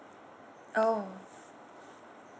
oh